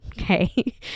Okay